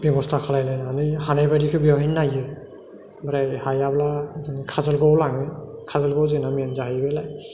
बेबस्था खालाम लायनानै हानाय बायदिखो बेवहायनो नायो ओमफ्राय हायाब्ला जोङो खाजलगावआव लाङो खाजलगावआव जोंना मेन जाहैबायलाय